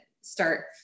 start